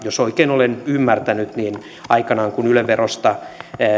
jos oikein olen ymmärtänyt niin aikoinaan kun yle verosta